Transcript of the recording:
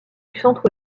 centre